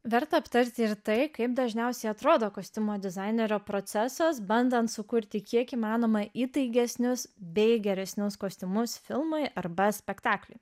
verta aptarti ir tai kaip dažniausiai atrodo kostiumo dizainerio procesas bandant sukurti kiek įmanoma įtaigesnius bei geresnius kostiumus filmui arba spektakliui